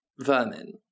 vermin